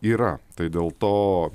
yra tai dėl to